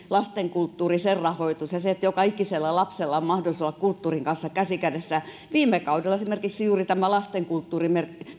lasten kulttuuri sen rahoitus ja se että joka ikisellä lapsella on mahdollisuus olla kulttuurin kanssa käsi kädessä esimerkiksi viime kaudella juuri lastenkulttuuri